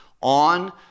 on